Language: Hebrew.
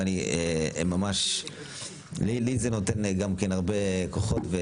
ואני ממש, לי זה נותן גם כן הרבה כוחות.